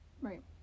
Right